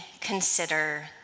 consider